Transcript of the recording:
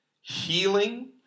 healing